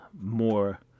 more